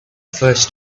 first